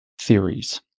theories